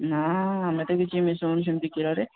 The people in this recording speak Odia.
ନା ଆମେ ତ କିଛି ମିଶଉନୁ ସେମିତି କ୍ଷୀରରେ